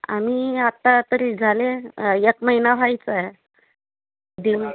आम्ही आता तरी झाले एक महिना व्हायचा आहे देऊ